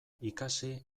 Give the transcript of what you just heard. ikasi